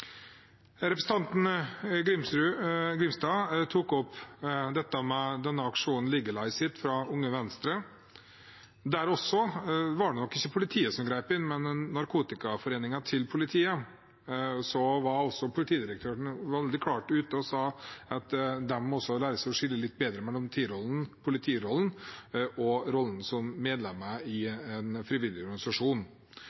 Representanten Grimstad tok opp Unge Venstres kampanje «Legalize it». Det var nok ikke politiet som grep inn der, men narkotikaforeningen til politiet. Politidirektøren gikk veldig klart ut og sa at de må lære seg å skille litt bedre mellom politirollen og rollen som medlemmer